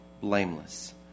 blameless